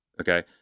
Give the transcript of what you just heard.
okay